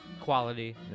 quality